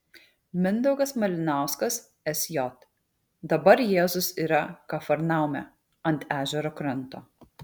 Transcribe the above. mindaugas malinauskas sj dabar jėzus yra kafarnaume ant ežero kranto